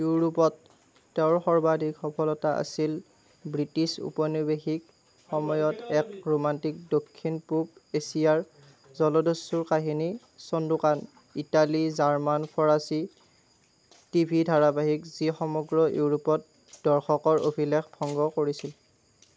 ইউৰোপত তেওঁৰ সৰ্বাধিক সফলতা আছিল ব্ৰিটিছ ঔপনিৱেশিক সময়ত এক ৰোমাণ্টিক দক্ষিণ পূব এছিয়াৰ জলদস্যুৰ কাহিনী ছন্দোকান ইটালী জাৰ্মান ফৰাচী টি ভি ধাৰাবাহিক যি সমগ্ৰ ইউৰোপত দৰ্শকৰ অভিলেখ ভংগ কৰিছিল